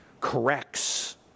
corrects